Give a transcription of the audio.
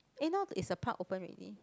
eh now is the park open already